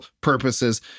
purposes